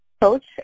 coach